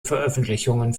veröffentlichungen